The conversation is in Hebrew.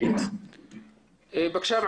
בבקשה.